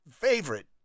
favorite